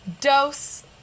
Dose